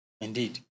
Indeed